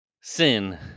Sin